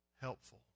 helpful